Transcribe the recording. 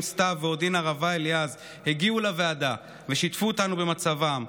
סתיו ואודין ערבה אליעז הגיעו לוועדה ושיתפו אותנו במצבם: